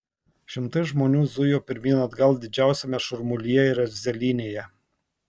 šimtai žmonių zujo pirmyn atgal didžiausiame šurmulyje ir erzelynėje